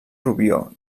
rubió